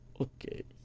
okay